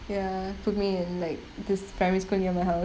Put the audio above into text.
ya put me in like this primary school near my house